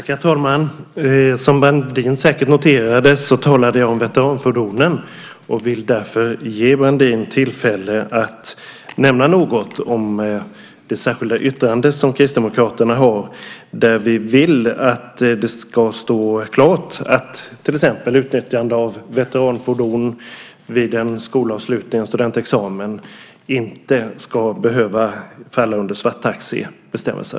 Herr talman! Som Brandin säkert noterade talade jag om veteranfordonen. Jag vill ge Brandin tillfälle att nämna något om det särskilda yttrande som Kristdemokraterna har. Vi vill att det ska stå klart att till exempel utnyttjande av veteranfordon vid en skolavslutning eller studentexamen inte ska behöva falla under svarttaxibestämmelser.